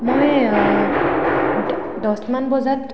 মই দহমান বজাত